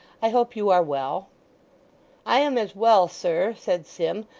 i hope you are well i am as well, sir said sim,